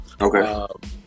Okay